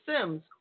Sims